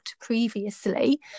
previously